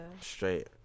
straight